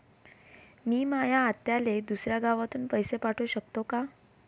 मी माया आत्याले दुसऱ्या गावातून पैसे पाठू शकतो का?